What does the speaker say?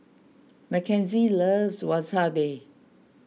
Mackenzie loves Wasabi